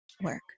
work